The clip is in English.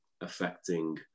affecting